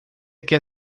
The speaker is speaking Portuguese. quer